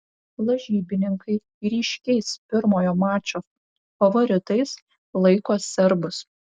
lažybininkai ryškiais pirmojo mačo favoritais laiko serbus